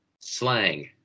Slang